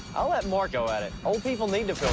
i'll let marc go at it. old people need to feel